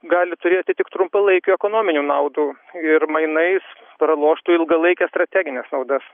gali turėti tik trumpalaikių ekonominių naudų ir mainais praloštų ilgalaikes strategines naudas